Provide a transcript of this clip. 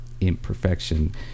imperfection